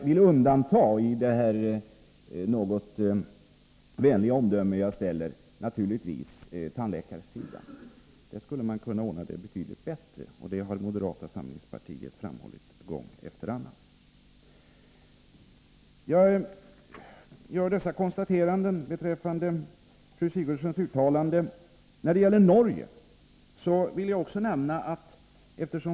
Från detta ganska vänliga omdöme vill jag naturligtvis undanta tandläkarsidan. Där skulle man kunna ordna det betydligt bättre, och det har moderata samlingspartiet framhållit gång efter annan. Jag gör dessa konstateranden beträffande fru Sigurdsens uttalande. Sedan vill jag också säga något om Norge.